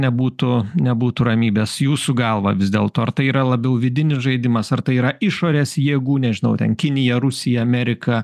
nebūtų nebūtų ramybės jūsų galva vis dėlto ar tai yra labiau vidinis žaidimas ar tai yra išorės jėgų nežinau ten kinija rusija amerika